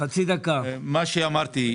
כפי שאמרתי,